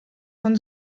von